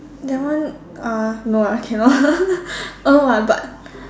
that one uh no ah cannot err uh but